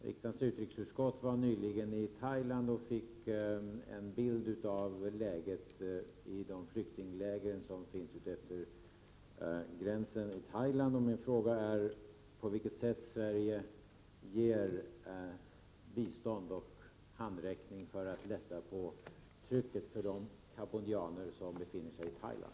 Riksdagens utrikesutskott var nyligen i Thailand och fick en bild av läget i de flyktingläger som finns utefter gränsen i Thailand. På vilket sätt ger Sverige bistånd och handräckning för att lätta på trycket för de cambodjaner som befinner sig i Thailand?